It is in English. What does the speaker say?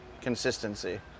consistency